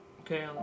Okay